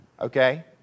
okay